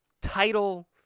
title